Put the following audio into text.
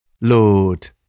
Lord